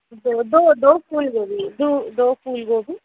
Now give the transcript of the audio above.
दो दो दो फूलगोभी दो दो फूलगोभी